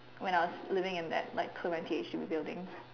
when I was living in that like H_D_B building